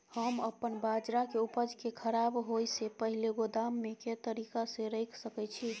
हम अपन बाजरा के उपज के खराब होय से पहिले गोदाम में के तरीका से रैख सके छी?